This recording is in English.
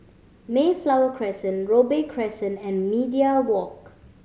Mayflower Crescent Robey Crescent and Media Walk